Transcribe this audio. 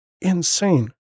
insane